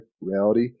reality